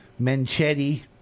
Menchetti